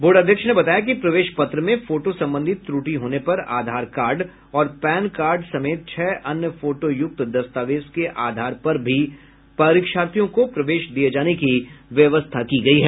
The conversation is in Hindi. बोर्ड अध्यक्ष ने बताया कि प्रवेश पत्र में फोटो संबंधी त्र्टि होने पर आधार कार्ड और पैन कार्ड समेत छह अन्य फोटोयुक्त दस्तावेज के आधार पर भी परीक्षार्थियों को प्रवेश दिये जाने की व्यवस्था की गयी है